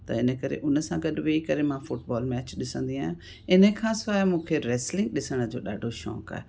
त इन करे उन सां गॾु वेही करे मां फुटबॉल मैच ॾिसंदी आहियां इन खां सवाइ मूंखे रैसलिंग ॾिसण जो ॾाढो शौक़ु आहे